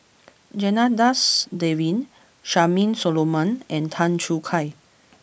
Janadas Devan Charmaine Solomon and Tan Choo Kai